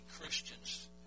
Christians